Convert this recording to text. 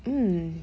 mm